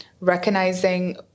recognizing